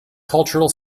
cultural